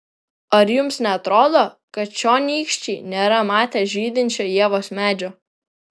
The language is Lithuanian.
ar jums neatrodo kad čionykščiai nėra matę žydinčio ievos medžio